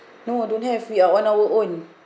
no don't have we are on our own